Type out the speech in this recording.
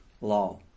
law